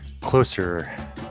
closer